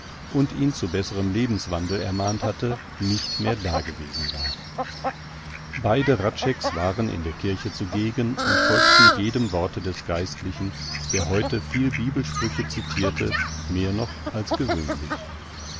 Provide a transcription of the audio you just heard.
und ihn zu besserem lebenswandel ermahnt hatte nicht mehr dagewesen war beide hradschecks waren in der kirche zugegen und folgten jedem worte des geistlichen der heute viel bibelsprüche citirte mehr noch als gewöhnlich